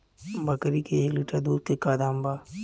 बकरी के एक लीटर दूध के का दाम बा?